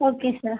okay sir